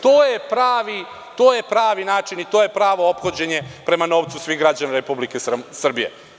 To je pravi način i to je pravo ophođenje prema novcu svih građana Republike Srbije.